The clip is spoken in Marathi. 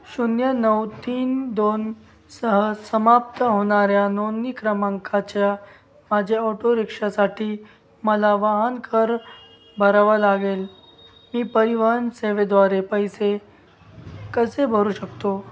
शून्य नऊ तीन दोन सह समाप्त होणाऱ्या नोंदणी क्रमांकाच्या माझे ऑटोरिक्षासाठी मला वाहनकर भरावा लागेल मी परिवहन सेवेद्वारे पैसे कसे भरू शकतो